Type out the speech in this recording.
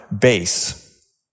base